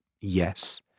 yes